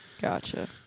Gotcha